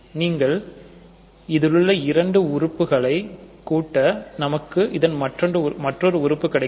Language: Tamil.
நீங்கள் இதிலுள்ள இரண்டு உறுப்புகளை கூட்ட நமக்கு இதன் மற்றொரு உறுப்பு கிடைக்கும்